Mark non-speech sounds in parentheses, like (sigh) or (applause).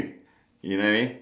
ah (coughs)